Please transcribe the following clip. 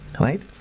right